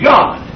God